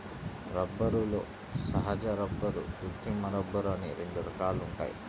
రబ్బరులో సహజ రబ్బరు, కృత్రిమ రబ్బరు అని రెండు రకాలు ఉన్నాయి